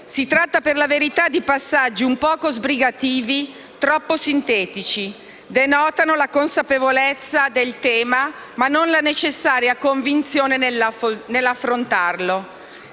Si tratta, per la verità, i passaggi un poco sbrigativi, troppo sintetici. Denotano la consapevolezza del tema, ma non la necessaria convinzione nell'affrontarlo.